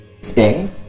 stay